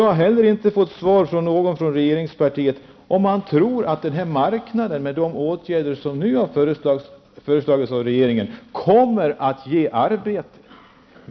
Jag har heller inte fått något svar från någon företrädare för regeringspartierna om man tror att den här marknaden, med de åtgärder som nu har föreslagits av regeringen, kommer att ge arbete.